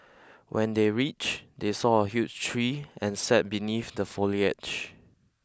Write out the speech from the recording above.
when they reached they saw a huge tree and sat beneath the foliage